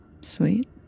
Sweet